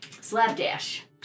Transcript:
Slapdash